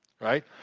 right